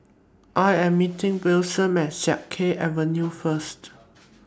I Am meeting Wiliam At Siak Kew Avenue First